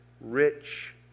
rich